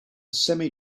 semi